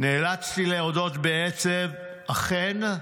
נאלצתי להודות בעצב: אכן,